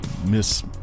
miss